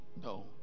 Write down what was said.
No